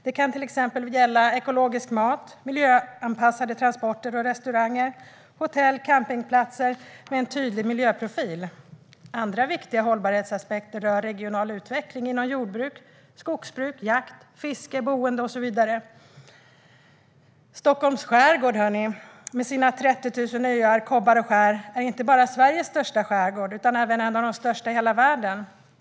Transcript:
Det kan till exempel gälla ekologisk mat, miljöanpassade transporter och restauranger samt hotell och campingplatser med en tydlig miljöprofil. Andra viktiga hållbarhetsaspekter rör regional utveckling inom jordbruk, skogsbruk, jakt, fiske, boende och så vidare. Stockholms skärgård, med sina 30 000 öar, kobbar och skär är inte bara Sveriges största skärgård utan även en av de största i hela världen.